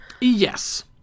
Yes